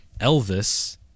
Elvis